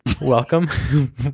welcome